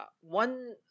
one